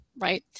right